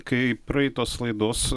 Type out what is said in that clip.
kai praeitos laidos